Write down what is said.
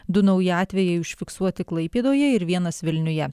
du nauji atvejai užfiksuoti klaipėdoje ir vienas vilniuje